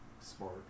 Smart